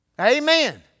Amen